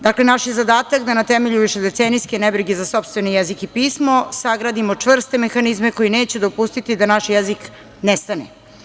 Dakle, naš je zadatak da na temelju višedecenijske nebrige za sopstveni jezik i pismo sagradimo čvrste mehanizme koji neće dopustiti da naš jezik nestane.